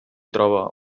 troba